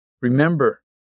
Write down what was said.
Remember